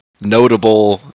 notable